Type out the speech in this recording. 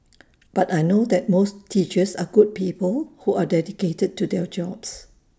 but I know that most teachers are good people who are dedicated to their jobs